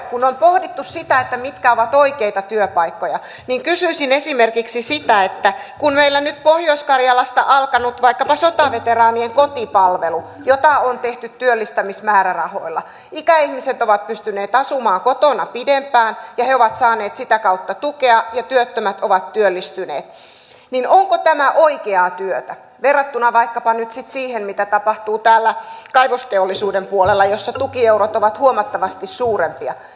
kun on pohdittu sitä mitkä ovat oikeita työpaikkoja niin kysyisin esimerkiksi sitä että kun meillä nyt pohjois karjalassa on alkanut vaikkapa sotaveteraanien kotipalvelu jota on tehty työllistämismäärärahoilla ikäihmiset ovat pystyneet asumaan kotona pidempään ja he ovat saaneet sitä kautta tukea ja työttömät ovat työllistyneet niin onko tämä oikeaa työtä verrattuna vaikkapa nyt sitten siihen mitä tapahtuu täällä kaivosteollisuuden puolella jossa tukieurot ovat huomattavasti suurempia